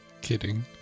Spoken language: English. kidding